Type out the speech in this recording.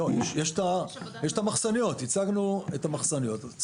יש המחסניות, הצגנו את המחסניות.